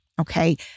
okay